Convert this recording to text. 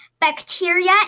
bacteria